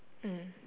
mm